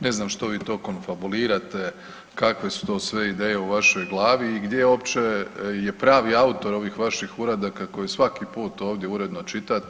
Ne znam što vi to konfabulirate, kakve su to sve ideje u vašoj glavi i gdje je uopće pravi autor ovih vaših uradaka koje svaki put ovdje uredno čitate.